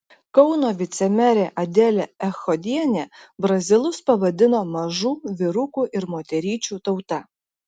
kauno vicemerė adelė echodienė brazilus pavadino mažų vyrukų ir moteryčių tauta